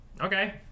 Okay